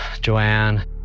Joanne